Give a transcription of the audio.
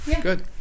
Good